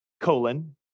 colon